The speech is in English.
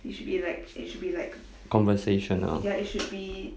conversation ah